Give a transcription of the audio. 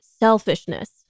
selfishness